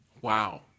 Wow